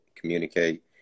communicate